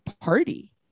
party